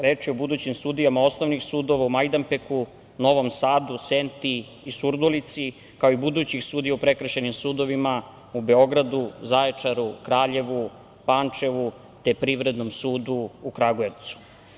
Reč je o budućim sudijama osnovnih sudova u Majdanpeku, Novom Sadu, Senti i Surdulici, kao i budućih sudija u prekršajnim sudovima u Beogradu, Zaječaru, Kraljevu, Pančevu, te Privrednom sudu u Kragujevcu.